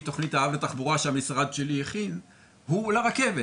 תוכנית האב לתחבורה שהמשרד שלי הכין הוא לרכבת,